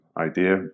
idea